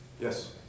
Yes